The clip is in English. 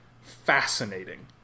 fascinating